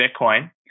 Bitcoin